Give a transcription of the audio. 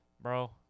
Bro